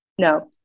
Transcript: no